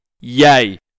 Yay